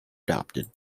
adopted